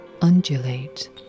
undulate